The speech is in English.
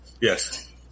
Yes